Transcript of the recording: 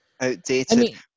outdated